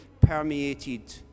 permeated